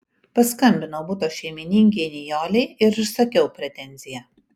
paskambinau buto šeimininkei nijolei ir išsakiau pretenziją